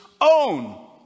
own